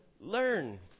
learn